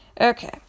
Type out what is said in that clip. Okay